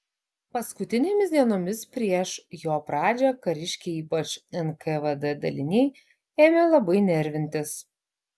paskutinėmis dienomis prieš jo pradžią kariškiai ypač nkvd daliniai ėmė labai nervintis